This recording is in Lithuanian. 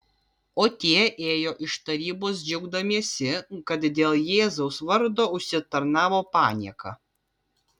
o tie ėjo iš tarybos džiaugdamiesi kad dėl jėzaus vardo užsitarnavo panieką